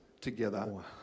together